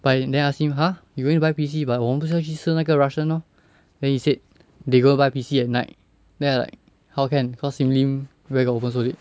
but in the end I ask him !huh! you going to buy P_C but 我们不是去要吃那个 russian lor then he said they gonna buy P_C at night then like how can cause sim lim where got open so late